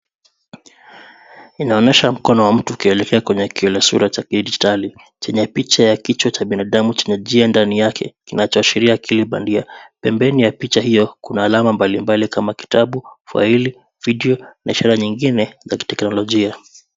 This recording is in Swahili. Inaonyesha mkono wa mtu ukielekea kwenye kila sura cha kidijitali chenye picha ya kichwa cha binadamu chenye jia ndani yake, kinachoashiria akili bandia. Pembeni ya picha hiyo, kuna alama mbalimbali kama kitabu, faili, video na ishara nyingine za teknolojia.